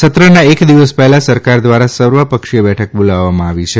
સત્રના એક દિવસ પહેલા સરકાર દ્વારા સર્વપક્ષીય બેઠક બોલાવવામાં આવી છે